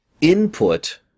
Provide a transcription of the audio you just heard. ...input